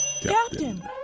Captain